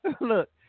Look